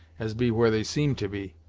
as be where they seem to be.